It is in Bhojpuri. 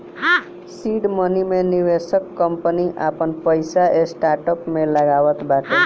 सीड मनी मे निवेशक कंपनी आपन पईसा स्टार्टअप में लगावत बाटे